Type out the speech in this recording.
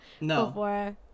No